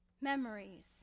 Memories